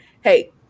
hey